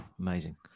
amazing